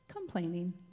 Complaining